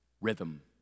rhythm